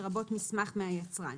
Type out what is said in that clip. לרבות מסמך מהיצרן,